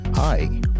Hi